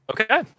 Okay